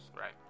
right